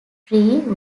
free